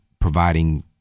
providing